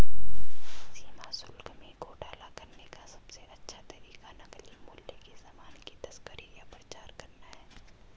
सीमा शुल्क में घोटाला करने का सबसे अच्छा तरीका नकली मूल्य के सामान की तस्करी या प्रचार करना है